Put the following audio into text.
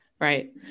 Right